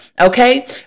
okay